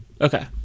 Okay